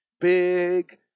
big